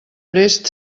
prest